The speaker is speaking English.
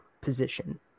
position